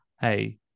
hey